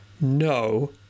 no